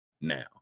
now